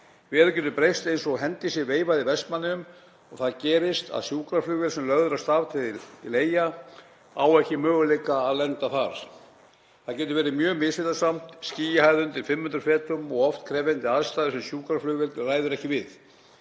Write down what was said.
Veður getur breyst eins og hendi sé veifað í Vestmannaeyjum og það gerist að sjúkraflugvél sem lögð er af stað til Eyja á ekki möguleika á að lenda þar. Þar getur verið mjög misvindasamt, skýjahæð undir 500 fetum og oft krefjandi aðstæður sem sjúkraflugvél ræður ekki við.